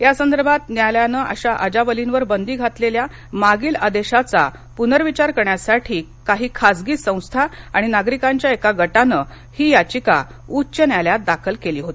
यासंदर्भात न्यायालयानं अशा अजाबलीवर बंदी घातलेल्या मागील आदेशाचा पुनर्विचार करण्यासाठी काही खाजगी संस्था आणि नागरिकांच्या एका गटान ही याचिका उच्च न्यायालयात दाखल केली होती